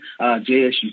JSU